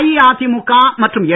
அஇஅதிமுக மற்றும் என்